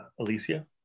Alicia